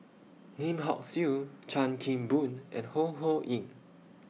Lim Hock Siew Chan Kim Boon and Ho Ho Ying